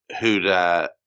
who'd